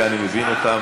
ואני מבין אותם,